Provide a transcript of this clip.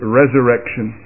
resurrection